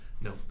No